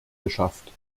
geschafft